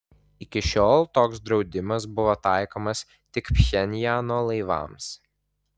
iki šiol toks draudimas buvo taikomas tik pchenjano laivams